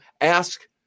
ask